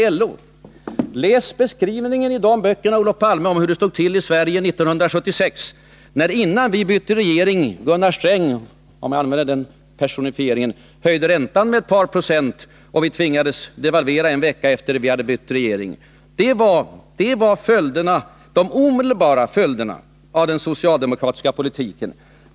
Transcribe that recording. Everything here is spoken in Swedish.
Läs, Olof Palme, beskrivningen i dessa böcker om hur det stod till i Sverige 1976 när Gunnar Sträng — för att nu göra en personifiering — innan Sverige bytte regering höjde räntan med ett par procent och vi tvingades devalvera en vecka efter regeringsbytet. Det var de omedelbara följderna av den socialdemokratiska politiken.